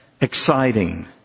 exciting